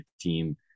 team